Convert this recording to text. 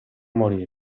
morire